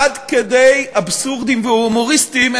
עד כדי אבסורדיים והומוריסטיים,